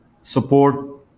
support